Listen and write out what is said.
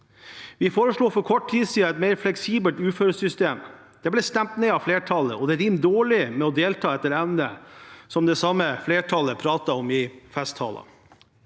Vi foreslo for kort tid siden et mer fleksibelt uføresystem. Det ble stemt ned av flertallet, og det rimer dårlig med å delta etter evne, som det samme flertallet prater om i festtaler.